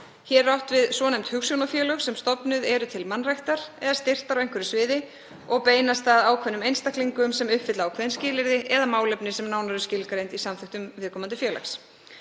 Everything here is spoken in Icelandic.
er átt við svonefnd hugsjónafélög sem stofnuð eru til mannræktar eða styrktar á einhverju sviði og beinast að ákveðnum einstaklingum sem uppfylla ákveðin skilyrði eða málefni sem nánar er skilgreint í samþykktum félagsins.